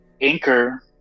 Anchor